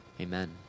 Amen